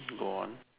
go on